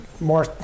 more